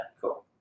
Cool